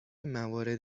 موارد